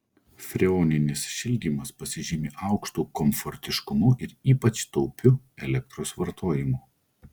freoninis šildymas pasižymi aukštu komfortiškumu ir ypač taupiu elektros vartojimu